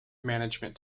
management